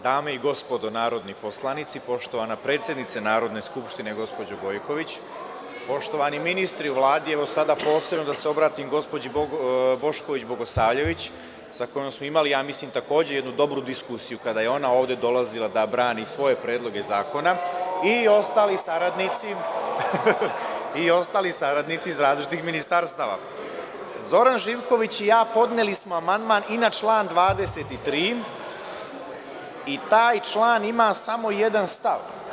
Dame i gospodo narodni poslanici, poštovana predsednice Narodne skupštine gospođo Gojković, poštovani ministri u Vladi, evo sada posebno da se obratim gospođi Bošković Bogosavljević sa kojom smo imali ja mislim takođe jednu dobru diskusiju kada je ona ovde dolazila da brani svoje predloge zakona i ostali saradnici iz različitih ministarstava, Zoran Živković i ja podneli smo amandman i na član 23. i taj član ima samo jedan stav.